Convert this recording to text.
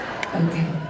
okay